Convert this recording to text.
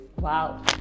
wow